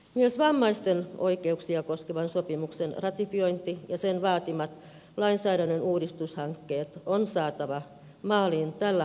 myös vammaisten oikeuksia koskevan sopimuksen ratifiointi ja sen vaatimat lainsäädännön uudistushankkeet on saatava maaliin tällä hallituskaudella